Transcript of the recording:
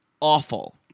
awful